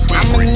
I'ma